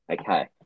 Okay